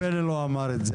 הפחדות.